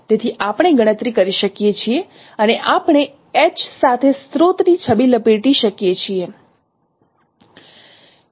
તેથી આપણે ગણતરી કરી શકીએ છીએ અને આપણે H સાથે સ્રોતની છબી લપેટી શકીએ છીએ